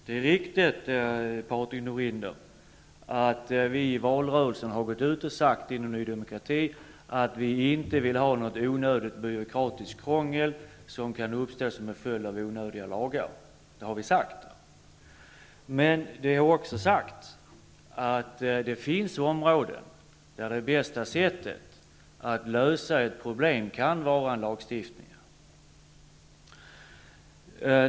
Herr talman! Det är riktigt, Patrik Norinder, att Ny demokrati i valrörelsen gick ut och sade att vi inte vill ha något onödigt byråkratiskt krångel som kan uppstå som en följd av onödiga lagar. Det har vi sagt, men vi har också sagt att det finns områden där det bästa sättet att lösa problem kan vara en lagstiftning.